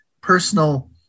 personal